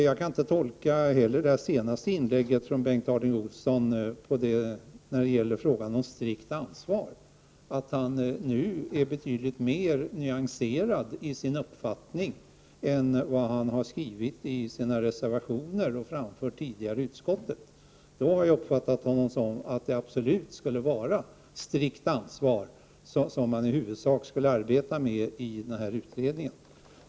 Jag kan inte heller tolka Bengt Harding Olsons senaste inlägg om strikt ansvar på annat sätt än att han nu är betydligt mer nyanserad i sin uppfattning än då han skrev sina reservationer och framförde sina åsikter i utskottet. Då uppfattade jag att han menade att det absolut skulle vara ett strikt ansvar, som utredningen i huvudsak skulle arbeta med.